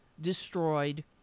destroyed